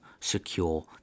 secure